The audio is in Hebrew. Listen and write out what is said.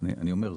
אני אומר,